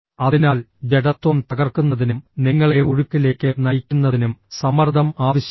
അതിനാൽ ജഡത്വം തകർക്കുന്നതിനും നിങ്ങളെ ഒഴുക്കിലേക്ക് നയിക്കുന്നതിനും സമ്മർദ്ദം ആവശ്യമാണ്